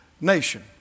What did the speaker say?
nation